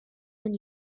when